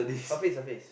puffy is a face